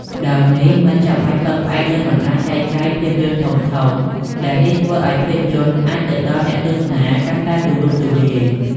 ដោយនេះមិនចាំបាច់ពឹងផ្អែកលើបណ្ដាញចែកចាយភាពយន្តធំៗ ដែលនេះធ្វើឱ្យភាពយន្តអាចទៅដល់អ្នកទស្សនាកាន់តែទូលំទូលាយ។